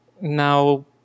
Now